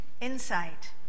insight